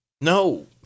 No